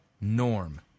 norm